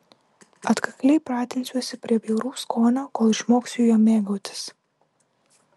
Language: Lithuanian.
atkakliai pratinsiuosi prie bjauraus skonio kol išmoksiu juo mėgautis